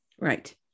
Right